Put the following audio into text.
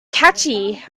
catchy